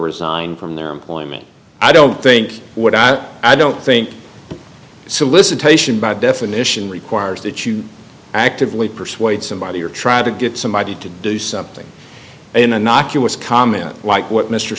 resign from their employment i don't think would i i don't think solicitation by definition requires that you actively persuade somebody or try to get somebody to do something anunnaki what's comments like what mr